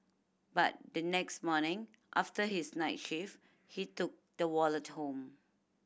but the next morning after his night shift he took the wallet home